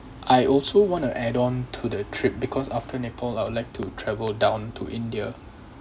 I also want to add on to the trip because after nepal I would like to travel down to india